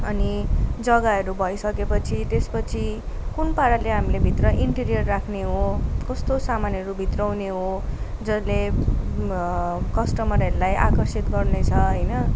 अनि जग्गाहरू भइसकेपछि त्यसपछि कुन पाराले हामीले भित्र इन्टिरियर राख्ने हो कस्तो सामानहरू भित्र्याउने हो जसले कस्टमरहरूलाई आकर्षित गर्ने छ होइन